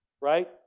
Right